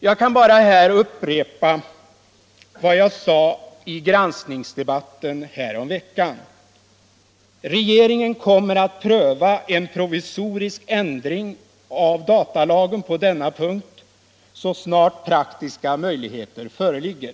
Jag kan bara upprepa vad jag sade i granskningsdebatten häromveckan. Regeringen kommer att pröva en provisorisk ändring av datalagen på denna punkt så snart praktiska möjligheter föreligger.